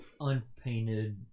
unpainted